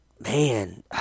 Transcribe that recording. Man